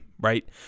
right